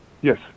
Yes